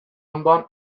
ondoan